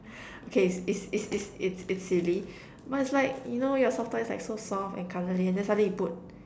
okay it's it's it's it's it's it's silly but it's like you know your soft toy is like so soft and cuddly and then suddenly you put